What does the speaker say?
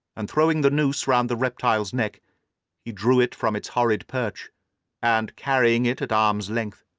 and throwing the noose round the reptile's neck he drew it from its horrid perch and, carrying it at arm's length,